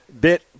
bit